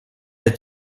est